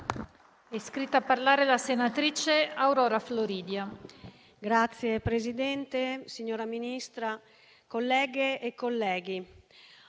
iscritta a parlare la senatrice Floridia